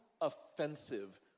offensive